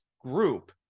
group